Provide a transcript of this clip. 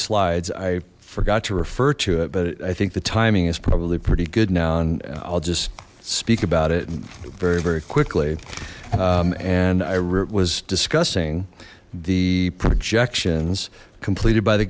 slides i forgot to refer to it but i think the timing is probably pretty good now and i'll just speak about it very very quickly and i was discussing the projections completed by the